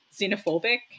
xenophobic